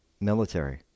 military